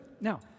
Now